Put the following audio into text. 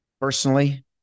personally